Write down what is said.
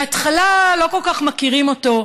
בהתחלה לא כל כך מכירים אותו,